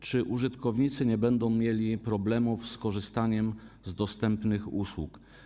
Czy użytkownicy nie będą mieli problemów z korzystaniem z dostępnych usług?